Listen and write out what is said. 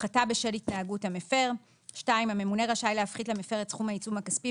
הפחתה בשל התנהגות המפר הממונה רשאי להפחית למפר את סכום העיצום הכספי,